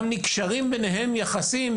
גם נרקמים בניהם יחסים,